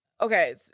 okay